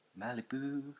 Malibu